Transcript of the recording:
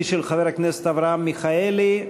היא של חבר הכנסת אברהם מיכאלי.